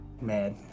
mad